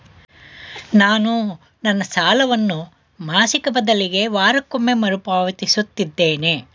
ನಾನು ನನ್ನ ಸಾಲವನ್ನು ಮಾಸಿಕ ಬದಲಿಗೆ ವಾರಕ್ಕೊಮ್ಮೆ ಮರುಪಾವತಿಸುತ್ತಿದ್ದೇನೆ